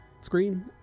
screen